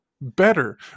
better